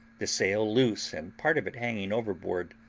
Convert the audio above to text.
the sail loose, and part of it hanging overboard.